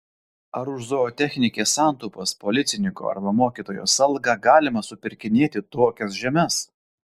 ar už zootechnikės santaupas policininko arba mokytojos algą galima supirkinėti tokias žemes